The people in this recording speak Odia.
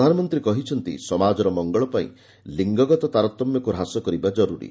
ପ୍ରଧାନମନ୍ତ୍ରୀ କହିଛନ୍ତି ସମାଜର ମଙ୍ଗଳପାଇଁ ଲିଙ୍ଗଗତ ତାରତମ୍ୟକୁ ହ୍ରାସ କରିବା ଜରୁରୀ